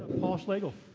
paul schlagel,